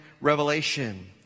Revelation